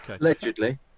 Allegedly